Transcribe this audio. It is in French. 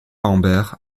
lambert